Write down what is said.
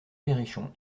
perrichon